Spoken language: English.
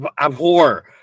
abhor